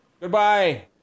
Goodbye